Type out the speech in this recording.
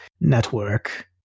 network